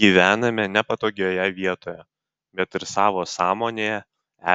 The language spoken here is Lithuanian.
gyvename nepatogioje vietoje bet ir savo sąmonėje